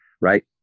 right